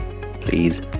please